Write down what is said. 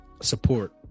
support